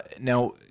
Now